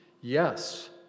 yes